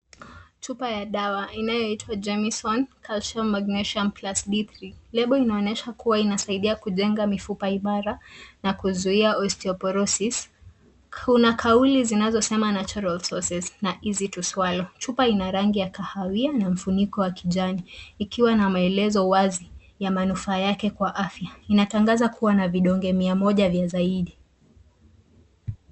Chup ya dawa inayoitwa Jamieson Calcium Magnesium + D3. Lebo inaonyesha kuwa inasaidia kujenga mifupa ya imara, na kuzuia Osteoporosis . Kuna kauli zinazosema natural resources na easy to swallow . Chupa ina rangi ya kahawia na mfuniko wa kijani, ikiwa na maelezo wazi ya manufaa yake kwa afya. Inatangaza kuwa na vidonge mia moja vya zaidi.